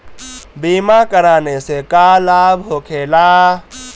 बीमा कराने से का लाभ होखेला?